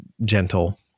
gentle